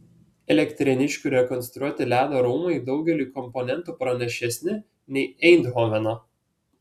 elektrėniškių rekonstruoti ledo rūmai daugeliu komponentų pranašesni nei eindhoveno